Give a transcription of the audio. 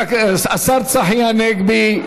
השר צחי הנגבי,